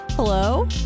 Hello